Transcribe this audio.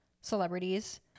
celebrities